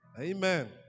Amen